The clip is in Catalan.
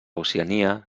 oceania